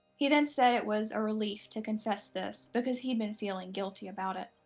he then said it was a relief to confess this because he'd been feeling guilty about it.